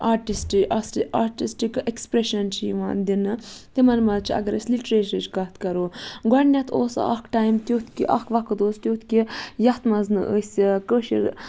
artist autistic expression چھِ یِوان دِنہٕ تِمَن منٛز چھِ اگر أسۍ لِٹرٛیچرٕچ کَتھ کَرو گۄڈٕنٮ۪تھ اوس اَکھ ٹایِم تیُتھ کہِ اَکھ وَقت اوس تیُتھ کہِ یَتھ منٛز نہٕ أسۍ کٲشِر